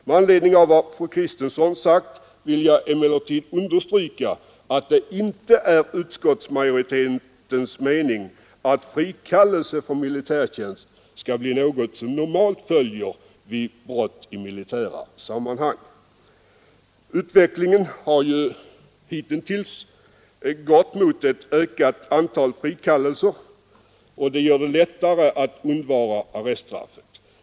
Med anledning av vad fru Kristensson sagt vill jag emellertid understryka att det inte är utskottsmajoritetens mening att frikallelse från militärtjänst skall bli något som normalt följer vid brott i militära sammanhang. Utvecklingen har ju hitintills gått mot ett ökat antal frikallelser. Det gör det lättare att undvara arreststraffet.